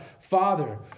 Father